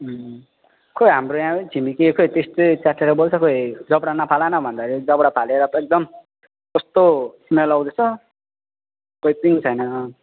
खै हाम्रो याहाँ पनि छिमेकी खै त्यस्तरी च्याँट्ठिएर बोल्छ कोई जबडा नफाल न भन्दाखेरि जबडा फालेर त एकदम कस्तो स्मेल आउँदैछ कोई पनि छैन